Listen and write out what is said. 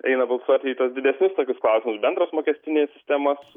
eina balsuoti į tuos didesnius tokius klausimus bendros mokestinės sistemos